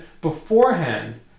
beforehand